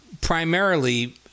primarily